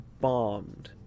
bombed